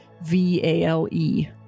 V-A-L-E